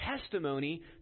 testimony